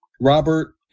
robert